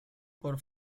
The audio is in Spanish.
por